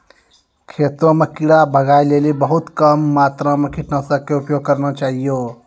खेतों म कीड़ा भगाय लेली बहुत कम मात्रा मॅ कीटनाशक के उपयोग करना चाहियो